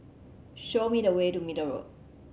show me the way to Middle Road